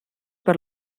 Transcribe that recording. per